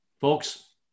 Folks